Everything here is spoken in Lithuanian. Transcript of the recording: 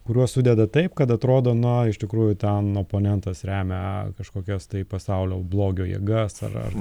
kuriuos sudeda taip kad atrodo na iš tikrųjų ten oponentas remia kažkokias tai pasaulio blogio jėgas ar ar